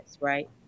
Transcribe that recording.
right